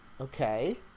okay